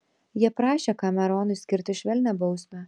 jie prašė kameronui skirti švelnią bausmę